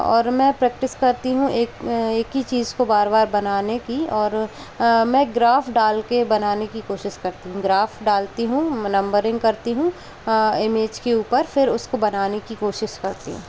और मैं प्रैक्टिस करती हूँ एक एक ही चीज़ को बार बार बनाने की और मैं ग्राफ़ डाल के बनाने की कोशिश करती हूँ ग्राफ़ डालती हूँ नंबरिंग करती हूँ इमेज के ऊपर फिर उसको बनाने की कोशिश करती हूँ